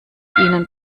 ihnen